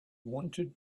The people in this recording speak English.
wanted